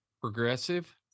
progressive